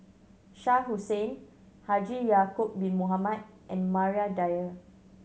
Shah Hussain Haji Ya'acob Bin Mohamed and Maria Dyer